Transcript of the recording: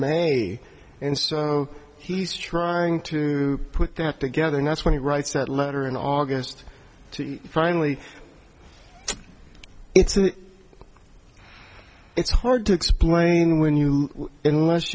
may and so he's trying to put that together and that's what he writes a letter in august to finally it's a it's hard to explain when you unless